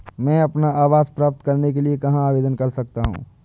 मैं अपना आवास प्राप्त करने के लिए कहाँ आवेदन कर सकता हूँ?